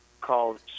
called